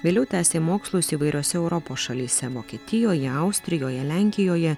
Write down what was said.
vėliau tęsė mokslus įvairiose europos šalyse vokietijoje austrijoje lenkijoje